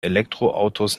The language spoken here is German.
elektroautos